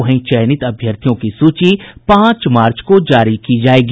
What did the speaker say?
वहीं चयनित अभ्यर्थियों की सूची पांच मार्च को जारी की जायेगी